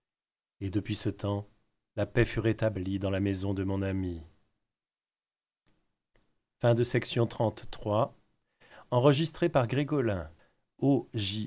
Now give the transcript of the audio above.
et depuis ce tems la paix fut rétablie dans la maison de mon ami